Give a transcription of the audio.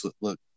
look